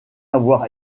avoir